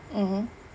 mmhmm